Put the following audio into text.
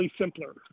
simpler